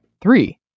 three